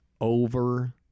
over